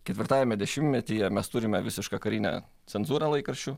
ketvirtajame dešimtmetyje mes turime visišką karinę cenzūrą laikraščių